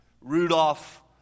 Rudolph